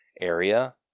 area